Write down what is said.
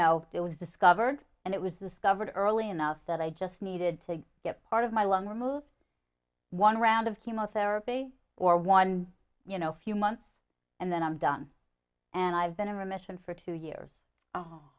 it was discovered and it was discovered early enough that i just needed to get part of my lung removed one round of chemotherapy or one you know a few months and then i'm done and i've been in remission for two years